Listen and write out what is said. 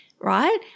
right